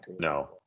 No